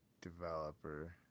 developer